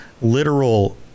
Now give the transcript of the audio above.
literal